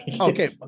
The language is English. okay